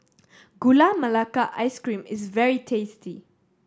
Gula Melaka Ice Cream is very tasty